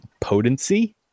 potency